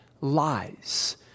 lies